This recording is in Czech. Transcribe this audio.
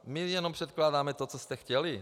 My jenom předkládáme to, co jste chtěli.